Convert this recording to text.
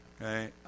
okay